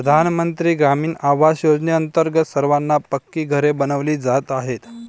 प्रधानमंत्री ग्रामीण आवास योजनेअंतर्गत सर्वांना पक्की घरे बनविली जात आहेत